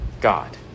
God